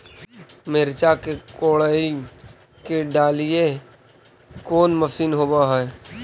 मिरचा के कोड़ई के डालीय कोन मशीन होबहय?